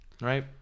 Right